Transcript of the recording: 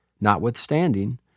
Notwithstanding